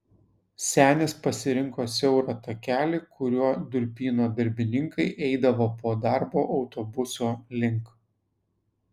senis pasirinko siaurą takelį kuriuo durpyno darbininkai eidavo po darbo autobuso link